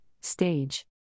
Stage